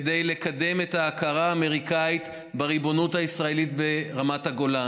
כדי לקדם את ההכרה האמריקנית בריבונות הישראלית ברמת הגולן.